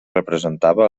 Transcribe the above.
representava